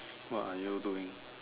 what are you doing